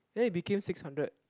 then it became six hundred